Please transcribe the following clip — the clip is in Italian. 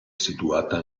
situata